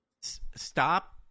Stop